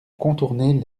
contourner